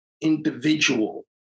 individual